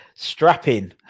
Strapping